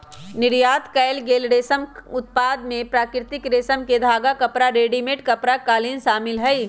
निर्यात कएल गेल रेशम उत्पाद में प्राकृतिक रेशम के धागा, कपड़ा, रेडीमेड कपड़ा, कालीन शामिल हई